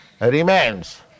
remains